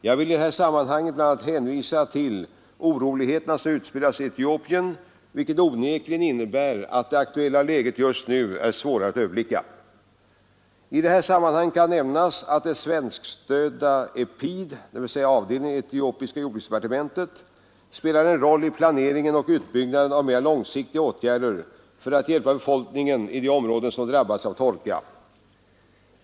Jag vill i detta sammanhang bl.a. hänvisa till de oroligheter som utspelas i Etiopien, vilka onekligen innebär att det 11i aktuella läget just nu är svårare att överblicka. I detta sammanhang kan nämnas att det svenskstödda EPID — en avdelning i etiopiska jordbruksdepartementet — spelar en roll i planeringen och utbyggnaden av mer långsiktiga åtgärder för att hjälpa befolkningen i de områden som drabbats av torka.